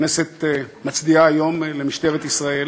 הכנסת מצדיעה היום למשטרת ישראל.